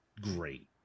great